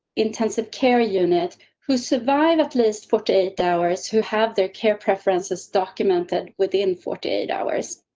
intensive care unit who survive at least forty eight hours who have their care preferences documented within forty eight hours.